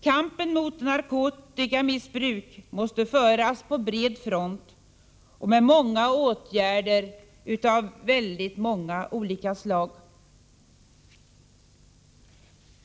Kampen mot narkotikamissbruk måste föras på bred front och genom åtgärder av många olika slag.